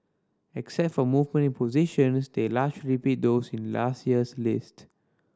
except for movement in positions they largely repeat those in last year's list